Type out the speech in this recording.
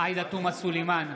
עאידה תומא סלימאן,